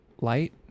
Light